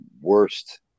worst